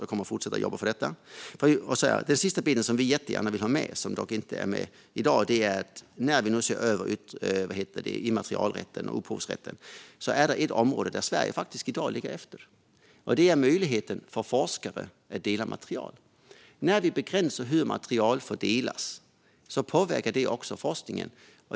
Jag kommer att fortsätta att jobba för detta. Det vi vill ha med, som dock inte är med i dag, är att det nu när immaterialrätten och upphovsrätten ses över finns ett område där Sverige i dag ligger efter. Det gäller möjligheten för forskare att dela material. När vi begränsar hur material fördelas påverkar det också forskningen.